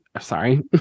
sorry